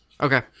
Okay